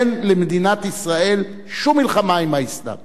אין למדינת ישראל שום מלחמה עם האסלאם,